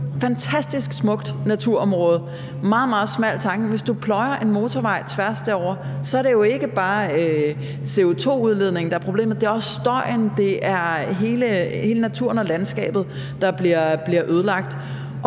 en meget, meget smal tange, og hvis du pløjer en motorvej tværs hen over, så er det jo ikke bare CO2-udledningen, der er problemet, men det er også støjen, og det er hele naturen og landskabet, der bliver ødelagt.